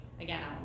again